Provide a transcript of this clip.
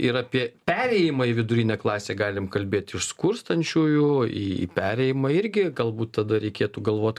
ir apie perėjimą į vidurinę klasę galim kalbėt iš skurstančiųjų į perėjimą irgi galbūt tada reikėtų galvot